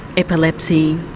epilepsy,